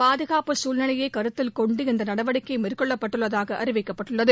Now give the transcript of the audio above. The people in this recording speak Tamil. பாதுகாப்பு சூழ்நிலையை கருத்தில் கொண்டு இந்த நடவடிக்கை மேற்கொள்ளப்பட்டுள்ளதாக அறிவிக்கப்பட்டுள்ளது